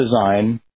design